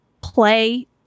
play